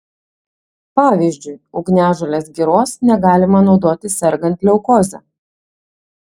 pavyzdžiui ugniažolės giros negalima naudoti sergant leukoze